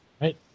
right